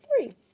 three